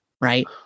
right